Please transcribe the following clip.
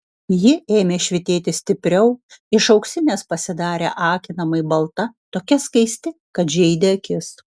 ji ėmė švytėti stipriau iš auksinės pasidarė akinamai balta tokia skaisti kad žeidė akis